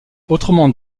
autrement